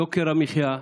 יוקר המחיה,